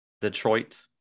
Detroit